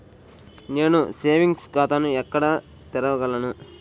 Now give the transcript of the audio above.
నేను సేవింగ్స్ ఖాతాను ఎక్కడ తెరవగలను?